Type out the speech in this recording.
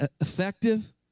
effective